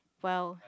!wow!